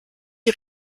die